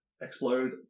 explode